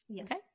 Okay